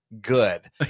good